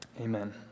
amen